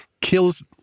kills